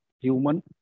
human